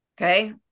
Okay